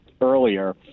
earlier